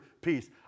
peace